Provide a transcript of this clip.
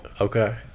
Okay